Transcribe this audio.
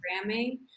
programming